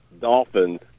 Dolphins